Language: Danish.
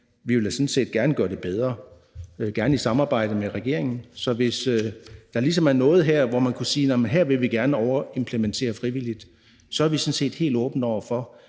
set gerne gøre det bedre, og gerne i samarbejde med regeringen. Så hvis der ligesom er noget her, hvor man kunne sige, at her vil vi gerne overimplementere frivilligt, så er vi sådan set helt åbne over for,